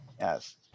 Yes